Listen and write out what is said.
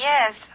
Yes